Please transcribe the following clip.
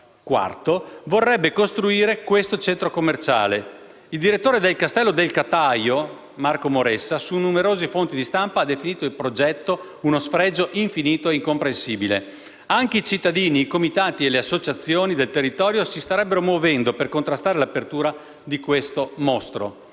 fund IV, vorrebbe costruire questo centro commerciale. Il direttore del Castello del Catajo, Marco Moressa, su numerose fonti di stampa ha definito il progetto «uno sfregio infinito e incomprensibile»; anche i cittadini, i comitati e le associazioni del territorio si starebbero muovendo per contrastare l'apertura di questo mostro.